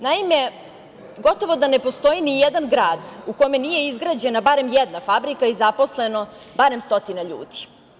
Naime, gotovo da ne postoji ni jedan grad u kome nije izgrađena barem jedna fabrika i zaposleno barem stotina ljudi.